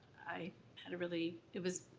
i had a really, it was,